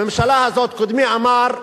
בממשלה הזאת, קודמי, מר אורבך,